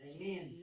Amen